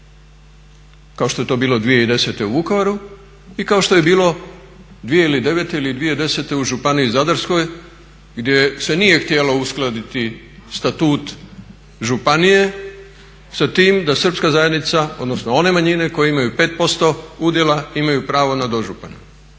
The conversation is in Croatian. Kao što je to bilo 2010. u Vukovaru i kao što je bilo 2009. ili 2010. u županiji Zadarskoj gdje se nije htjelo uskladiti Status županije sa tim da srpska zajednica, odnosno one manjine koje imaju 5% udjela imaju pravo na dožupana.